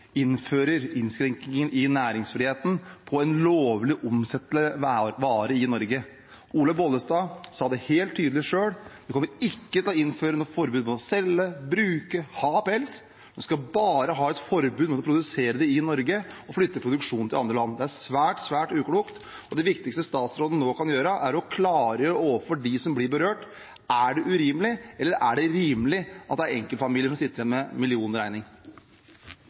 innfører innskrenkninger i næringsfriheten på en lovlig omsettelig vare i Norge. Statsråd Olaug V. Bollestad sa det helt tydelig selv: De kommer ikke til på innføre noe forbud mot å selge, bruke eller ha pels – en skal bare ha et forbud mot å produsere det i Norge og flytte produksjonen til andre land. Det er svært, svært uklokt, og det viktigste statsråden nå kan gjøre, er å klargjøre overfor dem som er berørt: Er det urimelig, eller er det rimelig at enkeltfamilier sitter igjen med en millionregning?